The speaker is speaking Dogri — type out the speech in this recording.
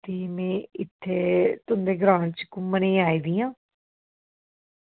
ते में इत्थें तीन ग्रां च घुम्मन आई दी आं